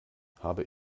habe